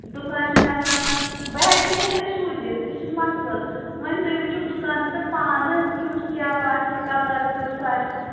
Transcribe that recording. دُکان چھِ مےٚ آسان بہٕ ہیٚکہٕ یِتھٕ کٔنۍ تہِ سوٗزِتھ تہِ چھُنہٕ مَسلہٕ وۅنۍ تُہۍ وُچھو دُکانَس پٮ۪ٹھ پانہٕ کٮُ۪تھ کیٛاہ باسہِ کَلَر کٮُ۪تھ آسہِ